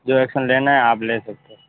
जो एक्शन लेना है आप ले सकते हो